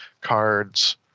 cards